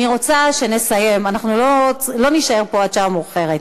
אני רוצה שנסיים, לא נישאר פה עד שעה מאוחרת.